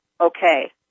Okay